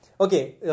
Okay